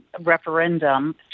referendum